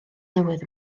newydd